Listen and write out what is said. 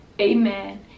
Amen